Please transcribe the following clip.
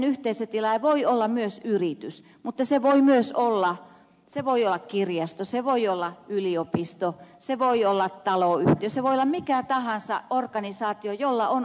tämmöinen yhteisötilaaja voi olla yritys mutta se voi myös olla kirjasto se voi olla yliopisto se voi olla taloyhtiö se voi olla mikä tahansa organisaatio jolla on oma viestintäverkko